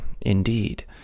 indeed